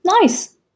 Nice